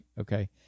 okay